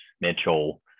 Mitchell